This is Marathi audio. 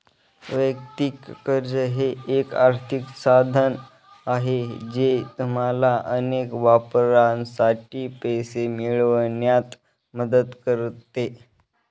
वैयक्तिक कर्ज हे एक आर्थिक साधन आहे जे तुम्हाला अनेक वापरांसाठी पैसे मिळवण्यात मदत करते